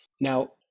Now